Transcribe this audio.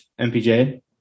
MPJ